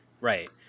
Right